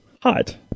hot